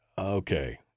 Okay